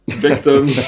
victim